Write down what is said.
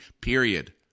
period